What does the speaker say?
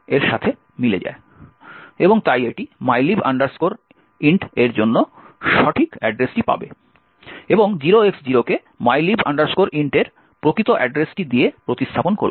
এবং তাই এটি mylib int এর জন্য সঠিক অ্যাড্রেসটি পাবে এবং 0X0 কে mylib int এর প্রকৃত অ্যাড্রেসটি দিয়ে প্রতিস্থাপন করবে